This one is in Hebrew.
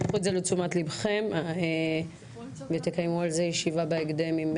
קחו את זה לתשומת לבכם ותקיימו על זה ישיבה בהקדם עם